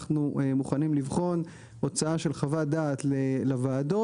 אנחנו מוכנים לבחון הוצאה של חוות דעת לוועדות,